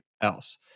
else